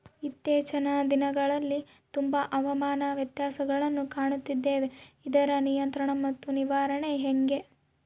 ಇತ್ತೇಚಿನ ದಿನಗಳಲ್ಲಿ ತುಂಬಾ ಹವಾಮಾನ ವ್ಯತ್ಯಾಸಗಳನ್ನು ಕಾಣುತ್ತಿದ್ದೇವೆ ಇದರ ನಿಯಂತ್ರಣ ಮತ್ತು ನಿರ್ವಹಣೆ ಹೆಂಗೆ?